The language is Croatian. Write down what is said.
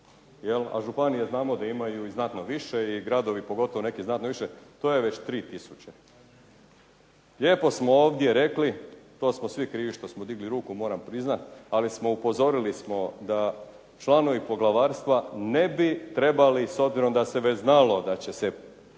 a županije znamo da imaju i znatno više i gradovi pogotovo neki znatno više. To je već 3 tisuće. Lijepo smo ovdje rekli, to smo svi krivi što smo digli ruku moram priznati ali smo upozorili da članovi poglavarstva ne bi trebali s obzirom da se već znalo da će se poglavarstvo